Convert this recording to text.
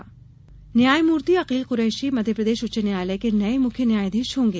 न्यायाधीश न्यायमूर्ति अकील क्रैशी मध्यप्रदेश उच्च न्यायालय के नये मुख्य न्यायाधीश होंगे